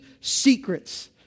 secrets